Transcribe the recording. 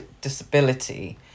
disability